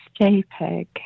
JPEG